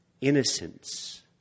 innocence